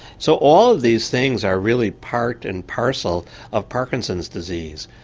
so all of these things are really part and parcel of parkinson's disease.